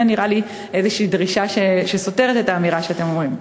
זה נראה לי איזו דרישה שסותרת את האמירה שאתם אומרים.